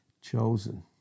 Chosen